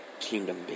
Kingdom